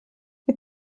die